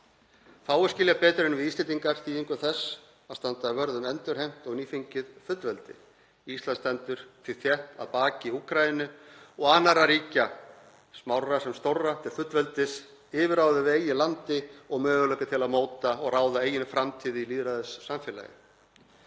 Fáir skilja betur en við Íslendingar þýðingu þess að standa vörð um endurheimt og nýfengið fullveldi. Ísland stendur því þétt að baki Úkraínu og öðrum ríkjum, smáum sem stórum, til fullveldis, yfirráða yfir eigin landi og möguleika til að móta og ráða eigin framtíð í lýðræðissamfélagi.